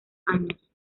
años